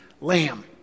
lamb